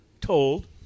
told